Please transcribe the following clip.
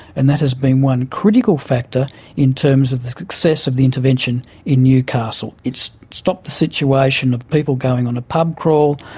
and that has been one critical factor in terms of the success of the intervention in newcastle. it's stopped the situation of people going on a pub crawl,